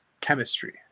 chemistry